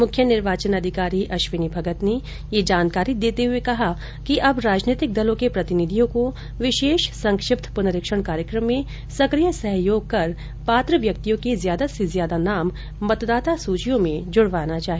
मुख्य निर्वाचन अधिकारी अश्विनी भगत ने ये जानकारी देते हुए कहा कि अब राजनीतिक दलों के प्रतिनिधियों को विशेष संक्षिप्त प्रनरीक्षण कार्यक्रम में सक्रिय सहयोग कर पात्र व्यक्तियों के ज्यादा से ज्यादा नाम मतदाता सूचियों में जुड़वाना चाहिए